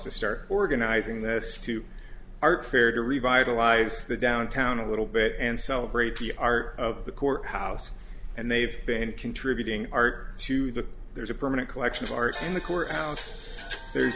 to start organizing this to art fair to revitalize the downtown a little bit and celebrate the art of the courthouse and they've been contributing to the there's a permanent actually start in the courthouse there's